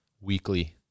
weekly